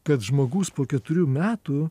kad žmogus po keturių metų